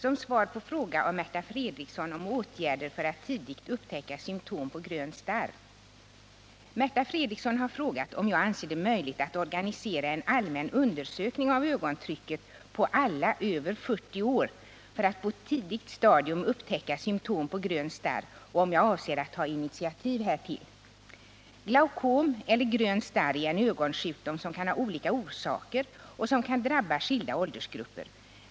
Herr talman! Märta Fredrikson har frågat om jag anser det möjligt att organisera en allmän undersökning av ögontrycket på alla över 40 år för att på tidigt stadium upptäcka symtom på grön starr och om jag avser att ta initiativ härtill. Glaucom eller grön starr är en ögonsjukdom som kan ha olika orsaker och som kan drabba skilda åldersgrupper.